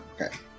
Okay